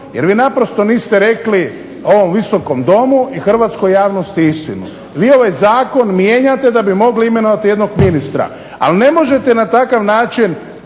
jer vi naprosto niste rekli ovom Visokom domu i hrvatskoj javnosti istinu, vi ovaj zakon mijenjate da bi mogli imenovati jednog ministra, ali ne možete na takav način